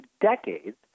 decades